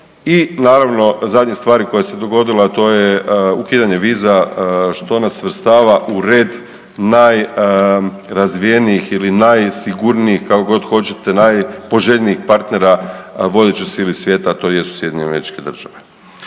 i naravno zadnje stvari koja se dogodila, a to je ukidanje viza što nas svrstava u red najrazvijenijih ili najsigurnijih kako god hoćete, najpoželjnijih partnera vodećoj sili svijeta tj. SAD. I na kraju